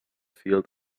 field